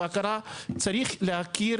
צריך להכיר